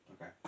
Okay